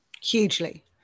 hugely